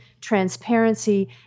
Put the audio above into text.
transparency